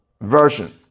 version